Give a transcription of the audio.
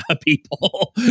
people